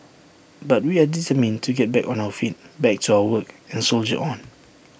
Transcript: but we are determined to get back on our feet back to our work and soldier on